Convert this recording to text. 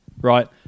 Right